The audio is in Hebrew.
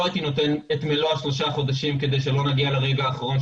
לא הייתי נותן את מלוא השלושה חודשים כדי שלא נגיע לרגע האחרון,